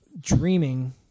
dreaming